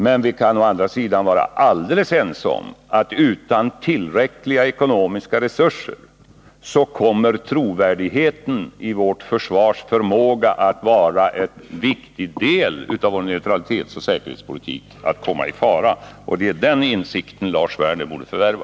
Men vi kan å andra sidan vara alldeles ense om, att utan tillräckliga ekonomiska resurser kommer trovärdigheten avseende vårt försvars förmåga att vara en viktig del av vår neutralitetsoch säkerhetspolitik att komma i fara. Det är den insikten Lars Werner borde förvärva!